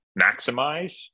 maximize